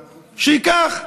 ייקח.